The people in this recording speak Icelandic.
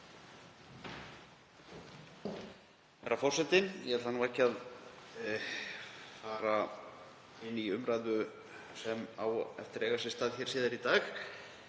Herra forseti. Ég ætla ekki að fara inn í umræðu sem á eftir að eiga sér stað hér síðar í dag,